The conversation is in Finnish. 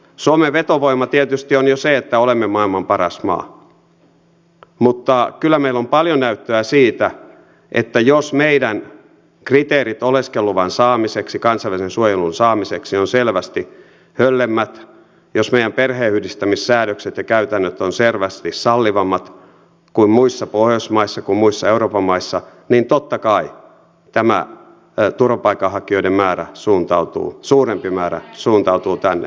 suomen vetovoima tietysti on jo se että olemme maailman paras maa mutta kyllä meillä on paljon näyttöä siitä että jos meidän kriteerimme oleskeluluvan saamiseksi ja kansainvälisen suojelun saamiseksi ovat selvästi höllemmät jos meidän perheenyhdistämissäädöksemme ja käytäntömme ovat selvästi sallivammat kuin muissa pohjoismaissa ja euroopan maissa niin totta kai tämä turvapaikanhakijoiden suurempi määrä suuntautuu tänne